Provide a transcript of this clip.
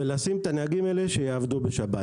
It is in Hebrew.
ולשים את הנהגים האלה שיעבדו בשבת.